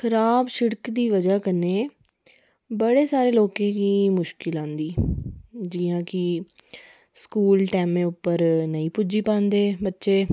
खराब शिड़क दी बजह् कन्नै बडे़ सारे लोकें गी मुश्कल औंदी जि'यां कि स्कूल टेैमा उप्पर नेईं पुज्जी पांदे बच्चे